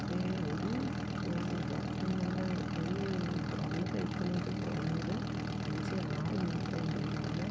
അതേ ഒരു വർക്കിനുള്ള ഒരു ഗൗണ് തയ്ക്കണമെങ്കിൽ കുറഞ്ഞത് അഞ്ച് ആറ് മീറ്ററെങ്കിലും നല്ല